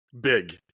big